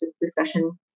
discussion